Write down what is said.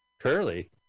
Curly